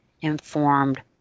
informed